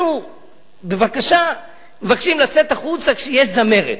אנחנו מבקשים לצאת החוצה כשיש זמרת.